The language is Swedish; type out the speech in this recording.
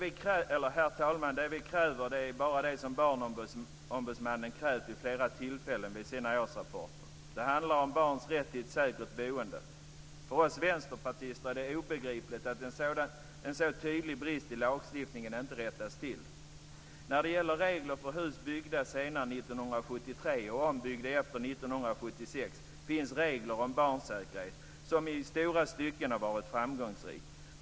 Vi kräver bara det som Barnombudsmannen vid flera tillfällen har krävt i sina årsrapporter. Det handlar om barns rätt till ett säkert boende. För oss vänsterpartister är det obegripligt att en så tydlig brist i lagstiftningen inte rättas till. När det gäller hus byggda senare än 1973 och ombyggda efter 1976 finns regler om barnsäkerhet som i stora stycken har varit framgångsrika.